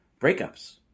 breakups